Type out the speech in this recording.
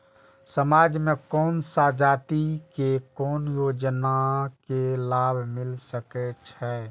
समाज में कोन सा जाति के कोन योजना के लाभ मिल सके छै?